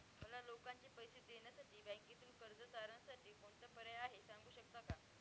मला लोकांचे पैसे देण्यासाठी बँकेतून कर्ज तारणसाठी कोणता पर्याय आहे? सांगू शकता का?